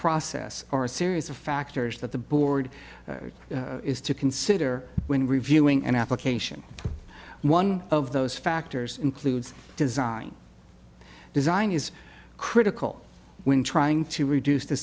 process are a series of factors that the board is to consider when reviewing an application one of those factors includes design design is critical when trying to reduce the